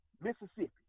Mississippi